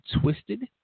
Twisted